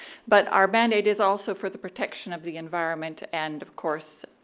but our mandate is also for the protection of the environment and, of course,